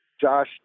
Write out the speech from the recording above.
Josh